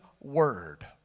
word